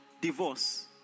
divorce